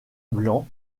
blanc